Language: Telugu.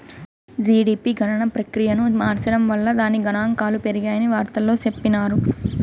జీడిపి గణన ప్రక్రియను మార్సడం వల్ల దాని గనాంకాలు పెరిగాయని వార్తల్లో చెప్పిన్నారు